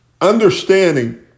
understanding